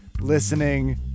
listening